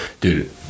Dude